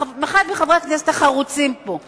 אחד מחברי הכנסת החרוצים פה,